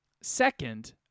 second